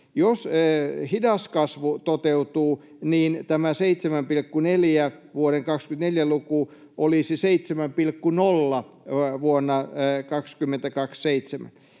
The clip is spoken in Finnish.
Jos hidas kasvu toteutuu, niin tämä vuoden 2024 luku 7,4 olisi 7,0 vuonna 2027.